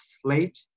Slate